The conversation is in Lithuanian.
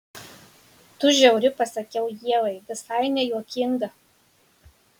tu žiauri pasakiau ievai visai nejuokinga